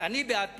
אני בעד פתרון.